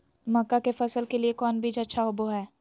मक्का के फसल के लिए कौन बीज अच्छा होबो हाय?